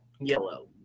yellow